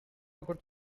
good